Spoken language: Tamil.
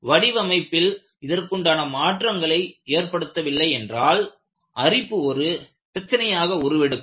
வடிவமைப்பில் இதற்குண்டான மாற்றங்களை ஏற்படுத்தவில்லை என்றால் அரிப்பு ஒரு பிரச்சினையாக உருவெடுக்கும்